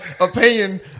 opinion